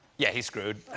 yeah, he's screwed.